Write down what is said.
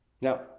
Now